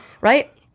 right